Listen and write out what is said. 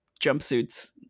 jumpsuits